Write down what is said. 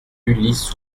ulysse